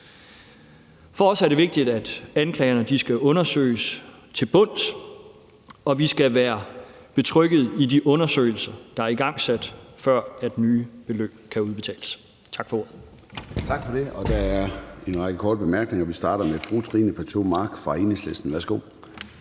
For os er det vigtigt, at anklagerne skal undersøges til bunds, og vi skal være betrygget i de undersøgelser, der er igangsat, før nye beløb kan udbetales. Tak for ordet.